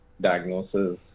diagnosis